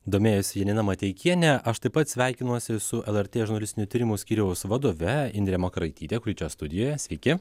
domėjosi janina mateikienė aš taip pat sveikinuosi su lrt žurnalistinių tyrimų skyriaus vadove indre makaraityte kuri čia studijoje sveiki